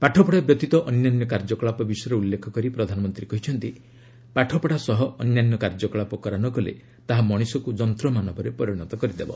ପାଠପଡ଼ା ବ୍ୟତୀତ ଅନ୍ୟାନ୍ୟ କାର୍ଯ୍ୟକ୍ରଳାପ ବିଷୟରେ ଉଲ୍ଲେଖକରୀ ପ୍ରଧାନମନ୍ତ୍ରୀ କହିଛନ୍ତି ପାଠପଢ଼ା ସହ ଅନ୍ୟାନ୍ୟ କାର୍ଯ୍ୟକଳାପ କରାନଗଲେ ତାହା ମଣିଷକୁ ଯନ୍ତମାନବରେ ପରିଣତ କରିଦେବ